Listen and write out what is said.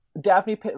Daphne